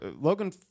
Logan